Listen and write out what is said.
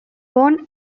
bon